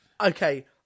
Okay